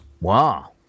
Wow